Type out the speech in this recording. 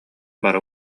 бары